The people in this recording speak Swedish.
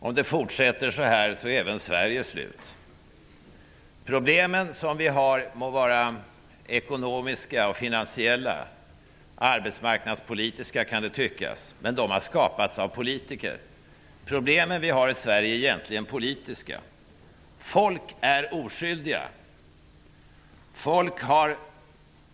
Om det fortsätter så här är även Sverige slut. De problem som finns må vara ekonomiska, finansiella och arbetsmarknadspolitiska, men de har skapats av politiker. De problem som vi har i Sverige är egentligen politiska. Människorna är oskyldiga.